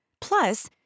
Plus